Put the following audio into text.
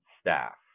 staff